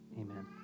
amen